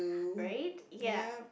right ya